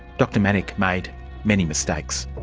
dr manock made many mistakes.